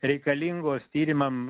reikalingos tyrimam